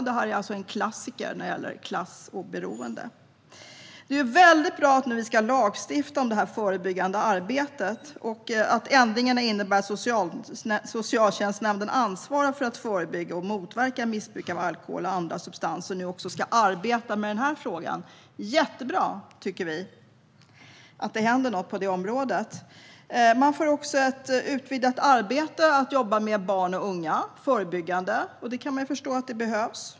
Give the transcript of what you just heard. Det är en klassiker när det gäller klass och beroende. Det är väldigt bra att vi nu ska lagstifta om det förebyggande arbetet. Ändringarna innebär att socialtjänstnämnden som ansvarar för att förebygga och motverka missbruk av alkohol och andra substanser nu också ska arbeta med den här frågan. Det är jättebra att det händer något på det området, tycker vi. Den får också ett utvidgat ansvar att jobba förebyggande med barn och unga. Man kan förstå att det behövs.